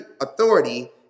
authority